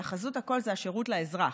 אלא חזות הכול זה השירות לאזרח.